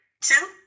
Two